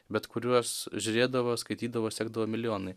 bet kuriuos žiūrėdavo skaitydavo sekdavo milijonai